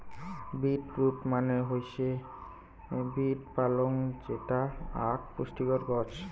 beet root মানে হৈসে beet পালং যেটা আক পুষ্টিকর গছ